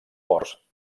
ports